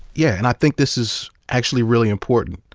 yeah, and i think this is actually really important.